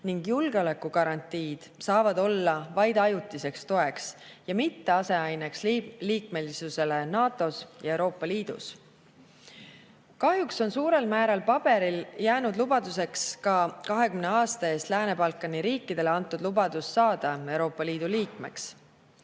ning julgeolekugarantiid saavad olla vaid ajutiseks toeks ja mitte aseaineks liikmesusele NATO-s ja Euroopa Liidus. Kahjuks on suurel määral jäänud lubaduseks vaid paberil ka 20 aasta eest Lääne-Balkani riikidele antud lubadus saada Euroopa Liidu liikmeks.